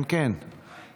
ההתנגדות